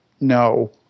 no